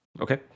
okay